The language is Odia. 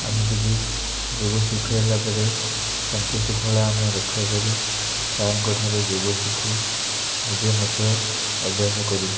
ଏମିତିକି ଯୋଗ ଶିଖାଇଲା ପରେ ଶାନ୍ତି ଶୃଙ୍ଖଳା ଆମେ ରକ୍ଷା କରୁ ସାର୍ଙ୍କଠାରୁ ଯୋଗ ଶିଖୁ ନିଜେ ମଧ୍ୟ ଅଭ୍ୟାସ କରୁ